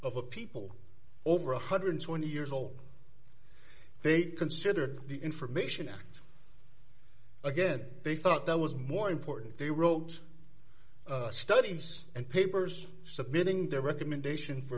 a people over one hundred and twenty years old they considered the information act again they thought that was more important they wrote studies and papers submitting their recommendation for